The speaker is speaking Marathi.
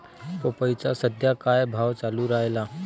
पपईचा सद्या का भाव चालून रायला?